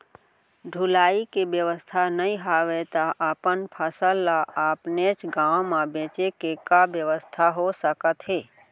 ढुलाई के बेवस्था नई हवय ता अपन फसल ला अपनेच गांव मा बेचे के का बेवस्था हो सकत हे?